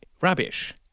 rubbish